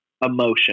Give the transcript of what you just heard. emotion